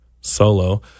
Solo